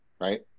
right